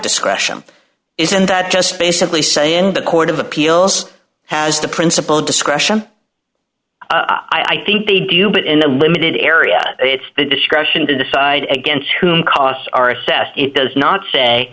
discretion isn't that just basically say in the court of appeals has the principal discretion i think they do but in a limited area it's their discretion to decide against whom costs are assessed it does not say